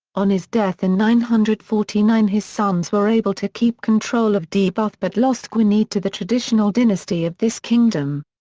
on his death in nine hundred and forty nine his sons were able to keep control of deheubarth but lost gwynedd to the traditional dynasty of this kingdom.